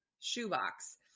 shoebox